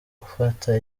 ufata